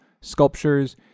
sculptures